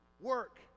Work